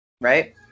right